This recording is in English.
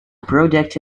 project